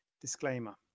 Disclaimer